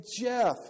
Jeff